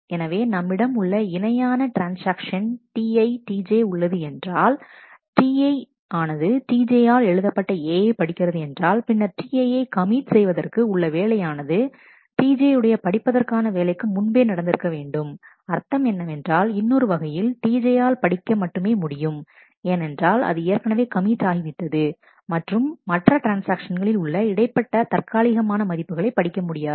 எனவே நம்மிடம் ஒரு இணையான ட்ரான்ஸ்ஆக்ஷன்Ti Tj உள்ளது என்றால் Tj ஆனது Ti ஆல் எழுதப்பட்ட A யை படிக்கிறது என்றால் பின்னர் Ti யை கமிட் செய்வதற்கு உள்ள வேலையானது Tj உடைய படிப்பதற்கான வேலைக்கு முன்பே நடந்திருக்க வேண்டும் அர்த்தம் என்னவென்றால் இன்னொரு வகையில் Tj ஆல் படிக்க மட்டுமே முடியும் ஏனென்றால் அது ஏற்கனவே கமிட் ஆகிவிட்டது மற்றும் மற்ற ட்ரான்ஸ்ஆக்ஷன்களில் உள்ள இடைப்பட்ட தற்காலிகமான மதிப்புகளை படிக்க முடியாது